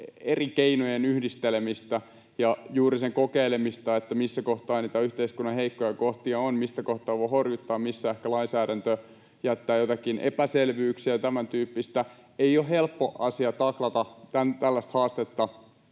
eri keinojen yhdistelemistä ja juuri sen kokeilemista, missä kohtaa niitä yhteiskunnan heikkoja kohtia on, mistä kohtaa voi horjuttaa, missä ehkä lainsäädäntö jättää joitakin epäselvyyksiä ja tämäntyyppistä. Ei ole helppo asia taklata tällaista haastetta